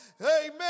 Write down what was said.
amen